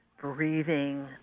breathing